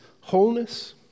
wholeness